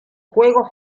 juegos